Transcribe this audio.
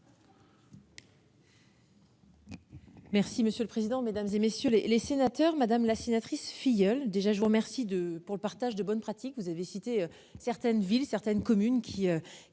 Merci monsieur le président, Mesdames, et messieurs les sénateurs, madame la sénatrice filleul déjà je vous remercie de pour le partage de bonnes pratiques, vous avez cité certaines villes certaines communes qui